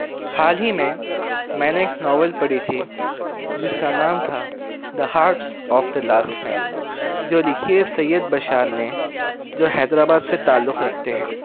حال ہی میں میں نے ایک ناول پڑھی تھی جس کا نام تھا the hearts of the lost man جو لکھی سید بشار نے جو حیدر آباد سے تعلق رکھتے ہیں